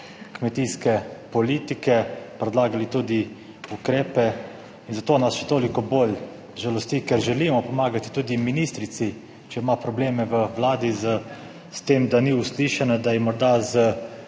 kmetijske politike, predlagali tudi ukrepe. In zato nas še toliko bolj žalosti, ker želimo pomagati tudi ministrici, če ima probleme v vladi s tem, da ni uslišana, da ji morda z